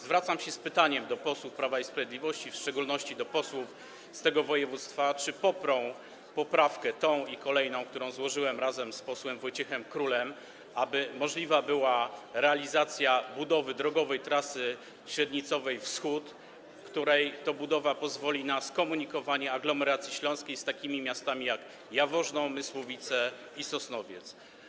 Zwracam się z pytaniem do posłów Prawa i Sprawiedliwości, w szczególności do posłów z tego województwa, czy poprą poprawki, tę i kolejną, którą złożyłem razem z posłem Wojciechem Królem, aby możliwa była realizacja budowy Drogowej Trasy Średnicowej Wschód, której to budowa pozwoli na skomunikowanie aglomeracji śląskiej z takimi miastami, jak Jaworzno, Mysłowice i Sosnowiec.